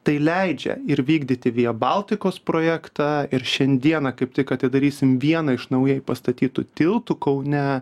tai leidžia ir vykdyti via baltikos projektą ir šiandieną kaip tik atidarysim vieną iš naujai pastatytų tiltų kaune